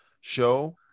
show